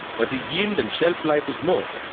but the yield and s elf life is more.